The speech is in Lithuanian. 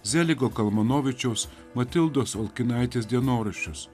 zeligo kalmanovičiaus matildos olkinaitės dienoraščius